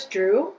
Drew